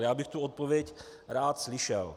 Já bych tu odpověď rád slyšel.